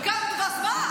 אז מה?